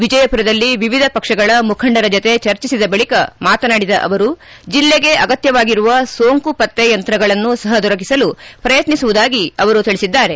ವಿಜಯಮರದಲ್ಲಿ ವಿವಿಧ ಪಕ್ಷಗಳ ಮುಖಂಡರ ಜತೆ ಚರ್ಚಿಸಿದ ಬಳಿಕ ಮಾತನಾಡಿದ ಅವರು ಜಲ್ಲೆಗೆ ಅಗತ್ತವಾಗಿರುವ ಸೋಂಕು ಪತ್ತೆ ಯಂತ್ರಗಳನ್ನು ಸಹ ದೊರೆಕಿಸಲು ಪ್ರಯತ್ನಿಸುವುದಾಗಿ ಅವರು ಹೇಳಿದ್ದಾರೆ